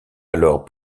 alors